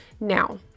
Now